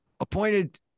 appointed